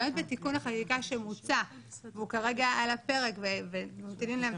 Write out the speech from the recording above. ורק בתיקון החקיקה שמוצע והוא כרגע על הפרק וממתינים